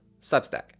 Substack